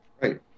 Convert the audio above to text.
Right